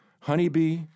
honeybee